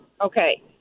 okay